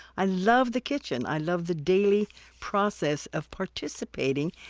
i loved the kitchen. i loved the daily process of participating,